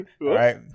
right